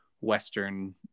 Western